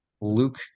luke